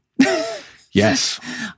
Yes